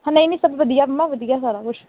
ਹਾਂ ਨਹੀਂ ਨਹੀਂ ਸਭ ਵਧੀਆ ਮੰਮਾ ਵਧੀਆ ਸਾਰਾ ਕੁਛ